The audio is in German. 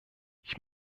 ich